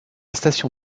station